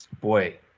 boy